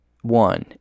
one